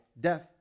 death